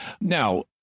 Now